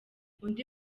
undi